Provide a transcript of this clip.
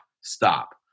stop